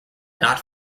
not